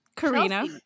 Karina